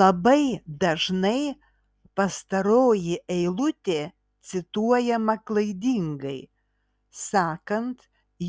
labai dažnai pastaroji eilutė cituojama klaidingai sakant